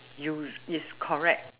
usu~ is correct